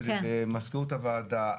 מזכירות הוועדה,